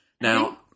Now